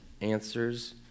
answers